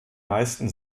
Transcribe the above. meisten